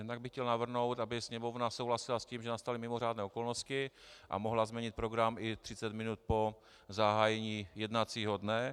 Jednak bych chtěl navrhnout, aby Sněmovna souhlasila s tím, že nastaly mimořádné okolnosti a mohla změnit program i třicet minut po zahájení jednacího dne.